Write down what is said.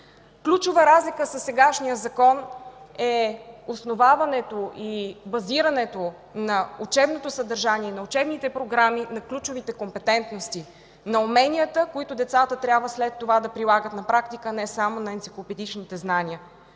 Ключова разлика със сегашния Закон е основаването и базирането на учебното съдържание, на учебните програми, на ключовите компетентности, на уменията, които децата след това трябва да прилагат на практика, а не само на енциклопедичните знания.